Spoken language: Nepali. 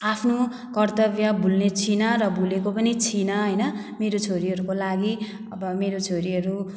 आफ्नो कर्तव्य भुल्ने छैन र भुलेको पनि छैन हैन मेरो छोरीहरूको लागि अब मेरो छोरीहरू